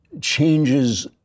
changes